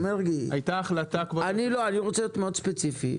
רוצה להיות ספציפי מאוד.